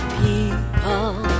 people